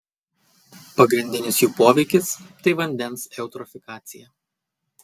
pagrindinis jų poveikis tai vandens eutrofikacija